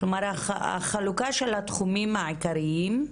החלוקה של התחומיים העיקריים.